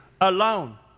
alone